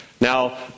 Now